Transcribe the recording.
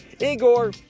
Igor